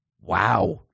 Wow